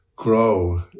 grow